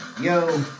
yo